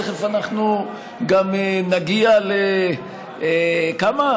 תכף אנחנו גם נגיע לכמה,